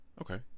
Okay